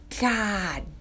God